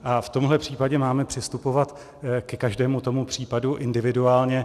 A v tomhle případě máme přistupovat ke každému tomu případu individuálně.